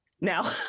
Now